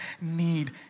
need